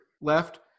left